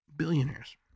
billionaires